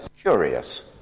curious